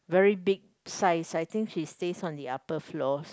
very big size I think she stays on the upper floors